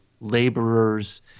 laborers